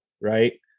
right